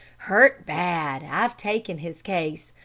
hurt bad. i've taken his case.